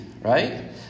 right